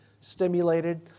stimulated